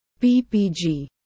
PPG